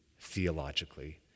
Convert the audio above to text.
theologically